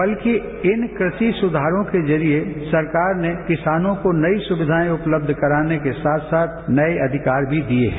बल्कि इन कृषि सुधारों के जरिए सरकार ने किसानों को नई सुविघाएं उपलब्ध कराने के साथ साथ नए अधिकार भी दिए हैं